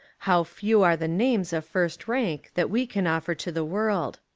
how few are the names of first rank that we can offer to the world.